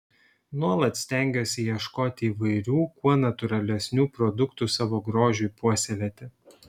nuolat stengiuosi ieškoti įvairių kuo natūralesnių produktų savo grožiui puoselėti